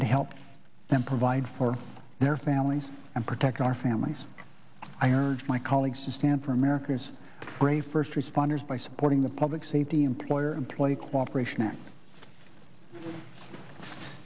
and help them provide for their families and protect our families i urge my colleagues to stand for america's brave first responders by supporting the public safety employer employee cooperation a